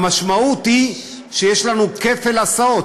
המשמעות היא שיש לנו כפל הסעות.